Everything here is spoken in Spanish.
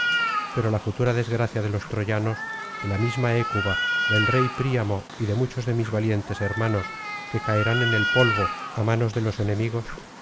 pero la futura desgracia de los troyanos de la misma hécuba del rey príamo y de muchos de mis valientes hermanos que caerán en el polvo á manos canto sexto loi de los enemigos